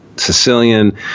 sicilian